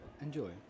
Enjoy